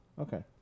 Okay